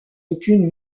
aucune